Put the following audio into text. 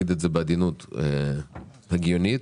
הגיונית.